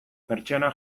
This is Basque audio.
pertsianak